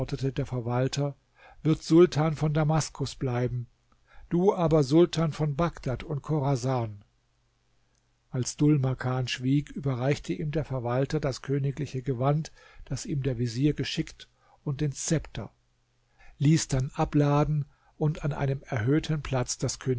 der verwalter wird sultan von damaskus bleiben du aber sultan von bagdad und chorasan als dhul makan schwieg überreichte ihm der verwalter das königliche gewand das ihm der vezier geschickt und den szepter ließ dann abladen und an einem erhöhten platz das